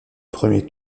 premier